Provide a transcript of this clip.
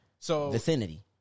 vicinity